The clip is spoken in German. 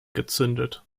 gezündet